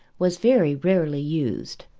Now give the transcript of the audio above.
was very rarely used.